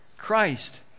christ